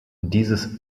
dieses